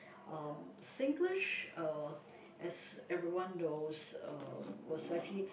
um Singlish uh as everyone knows um was actually